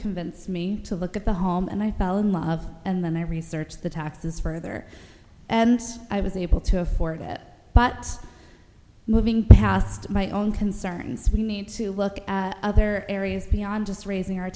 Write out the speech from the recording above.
convinced me to look at the home and i fell in love and then i researched the taxes further and i was able to afford it but moving past my own concerns we need to look at other areas beyond just raising our